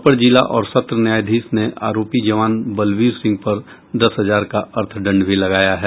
अपर जिला और सत्र न्यायाधीश ने आरोपी जवान बलवीर सिंह पर दस हजार का अर्थदंड भी लगाया है